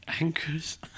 Anchors